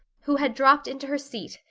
who had dropped into her seat,